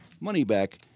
money-back